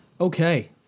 Okay